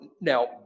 Now